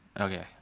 Okay